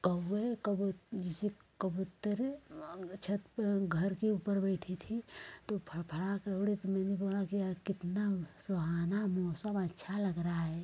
कौवे कबूत जैसे कबूतर छत प घर के ऊपर बैठी थी तो फड़फड़ा के उड़ी तो मैंने बोला कि कितना सुहाना मौसम अच्छा लग रहा है